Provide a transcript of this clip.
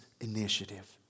initiative